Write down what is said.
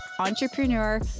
Entrepreneur